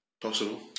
Possible